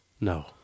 No